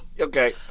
Okay